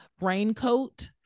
raincoat